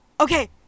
okay